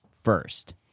first